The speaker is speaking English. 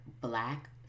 Black